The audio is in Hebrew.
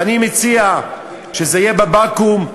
ואני מציע שזה יהיה בבקו"ם.